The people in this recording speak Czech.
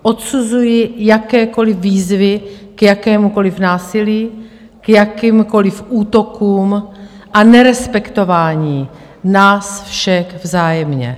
Odsuzuji jakékoliv výzvy k jakémukoliv násilí, k jakýmkoliv útokům a nerespektování nás všech vzájemně.